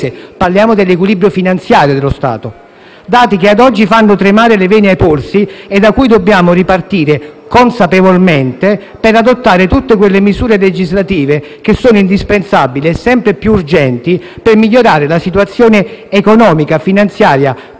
(parliamo dell'equilibrio finanziario dello Stato). Sono dati che ad oggi fanno tremare le vene ai polsi e da cui dobbiamo ripartire, consapevolmente, per adottare tutte quelle misure legislative che sono indispensabili, e sempre più urgenti, per migliorare la situazione economica, finanziaria e patrimoniale